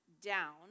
down